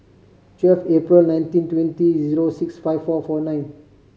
twelve April nineteen twenty zero six five four four nine